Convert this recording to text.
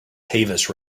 tavis